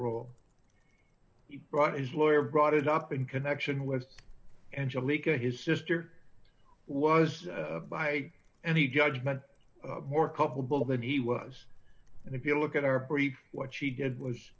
he brought his lawyer brought it up in connection with angelica his sister was by any judgment more culpable than he was and if you look at our brief what she did was